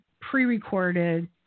pre-recorded